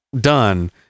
done